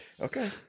Okay